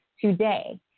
today